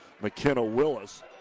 McKenna-Willis